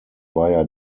via